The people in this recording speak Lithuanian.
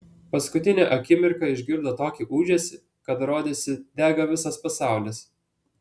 paskutinę akimirką išgirdo tokį ūžesį kad rodėsi dega visas pasaulis